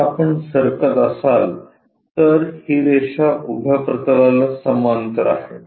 जर आपण सरकत असाल तर ही रेषा उभ्या प्रतलाला समांतर आहे